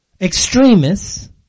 extremists